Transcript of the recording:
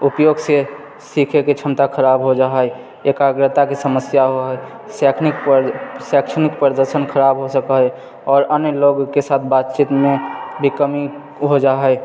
उपयोग से सीखैके क्षमता खराब हो जाइत हइ एकाग्रताके समस्या होबैत हइ शैक्षणिक पर शैक्षणिक पर जेहन खराब हो सकैत आओर अन्य लोकके साथ बातचीतमे भी कमी हो जाइत हइ